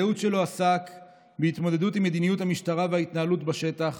הייעוץ שלו עסק בהתמודדות עם מדיניות המשטרה וההתנהלות בשטח.